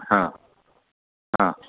हां हां